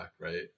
right